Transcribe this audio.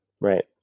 right